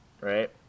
right